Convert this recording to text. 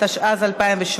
התשע"ז 2017,